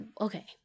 Okay